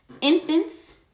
infants